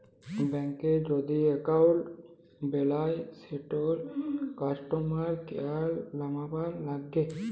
ব্যাংকে যদি এক্কাউল্ট বেলায় সেটর কাস্টমার কেয়ার লামবার ল্যাগে